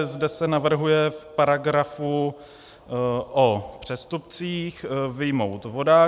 Zde se navrhuje v paragrafu o přestupcích vyjmout vodáky.